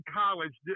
college